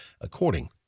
according